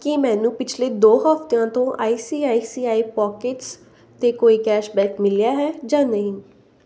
ਕੀ ਮੈਨੂੰ ਪਿਛਲੇ ਦੋ ਹਫਤਿਆਂ ਤੋਂ I C I C I pockets 'ਤੇ ਕੋਈ ਕੈਸ਼ਬੈਕ ਮਿਲਿਆ ਹੈ ਜਾਂ ਨਹੀਂ